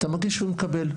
אתה מגיש ומקבל,